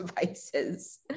devices